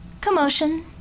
Commotion